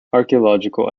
archeological